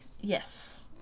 Yes